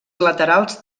laterals